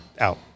out